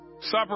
supper